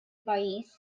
pajjiż